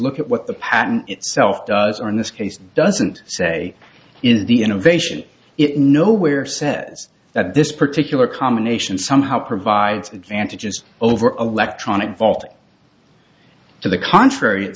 look at what the patent itself does or in this case doesn't say in the innovation it nowhere says that this particular combination somehow provides advantages over aleck tronic vault to the contrary it